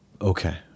Okay